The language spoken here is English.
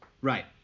Right